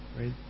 Right